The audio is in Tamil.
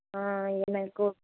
எனக்கு